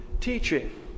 teaching